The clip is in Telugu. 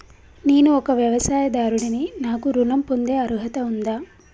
నేను ఒక వ్యవసాయదారుడిని నాకు ఋణం పొందే అర్హత ఉందా?